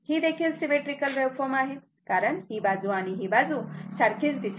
ही देखील symmetrical waveform आहे कारण ही बाजू आणि ही बाजू सारखीच दिसत आहे